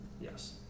Yes